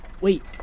Wait